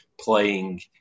playing